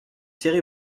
thierry